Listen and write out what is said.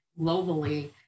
globally